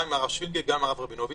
גם עם הרב שווינגר וגם עם הרב רבינוביץ',